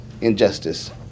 injustice